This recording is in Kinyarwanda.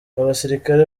abasirikare